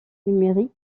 numérique